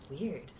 weird